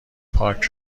پاک